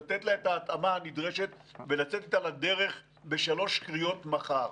לתת לה את ההתאמה הנדרשת ולצאת איתה לדרך בשלוש קריאות מחר.